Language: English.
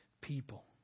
people